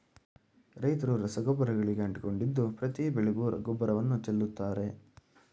ರೈತ್ರು ರಸಗೊಬ್ಬರಗಳಿಗೆ ಅಂಟಿಕೊಂಡಿದ್ದು ಪ್ರತಿ ಬೆಳೆಗೂ ಗೊಬ್ಬರವನ್ನು ಚೆಲ್ಲುತ್ತಾರೆ